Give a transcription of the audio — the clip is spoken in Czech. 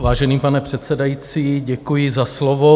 Vážený pane předsedající, děkuji za slovo.